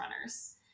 runners